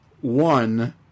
one